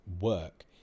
work